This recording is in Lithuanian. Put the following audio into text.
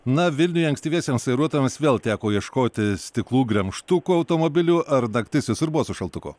na vilniuje ankstyviesiems vairuotojams vėl teko ieškoti stiklų gremžtukų automobilių ar naktis visur buvo su šaltuku